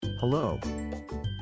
Hello